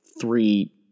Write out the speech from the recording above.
three